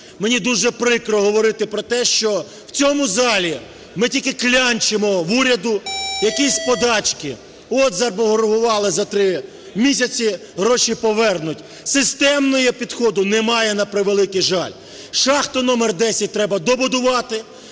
Мені дуже прикро говорити про те, що в цьому залі ми тільки клянчимо у уряду якісь подачки, от заборгували за три місяці, гроші повернуть – системного підходу немає, на превеликий жаль. Шахту № 10 треба добудувати,